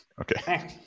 Okay